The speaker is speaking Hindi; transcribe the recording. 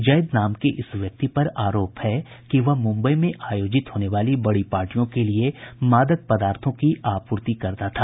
जैद नाम के इस व्यक्ति पर आरोप है कि वह मुंबई में आयोजित होने वाली बड़ी पार्टियों के लिए मादक पदार्थों की आपूर्ति करता था